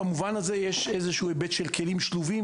במובן הזה יש איזשהו היבט של כלים שלובים